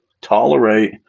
tolerate